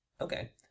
Okay